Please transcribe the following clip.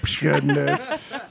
goodness